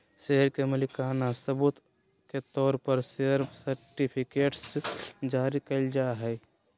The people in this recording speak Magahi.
शेयर के मालिकाना सबूत के तौर पर शेयर सर्टिफिकेट्स जारी कइल जाय हइ